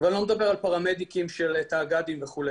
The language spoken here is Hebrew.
ואני לא מדבר על פרמדיקים של תאג"דים וכו',